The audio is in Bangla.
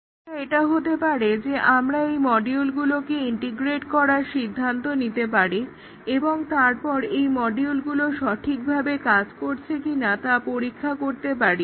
একটা এটা হতে পারে যে আমরা এই মডিউলগুলোকে ইন্টিগ্রেট করার সিদ্ধান্ত নিতে পারি এবং তারপর এই মডিউলগুলো সঠিকভাবে কাজ করছে কিনা তা পরীক্ষা করতে পারি